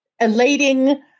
elating